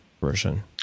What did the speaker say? version